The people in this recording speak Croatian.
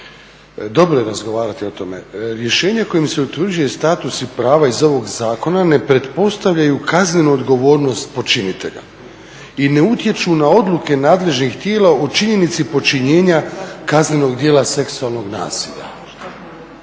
dobro je razgovarati o tome. Rješenje kojim se utvrđuje status i prava iz ovog zakona ne pretpostavljaju kaznenu odgovornost počinitelja i ne utječu na odluke nadležnih tijela o činjenici počinjenja kaznenog djela seksualnog nasilja.